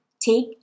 take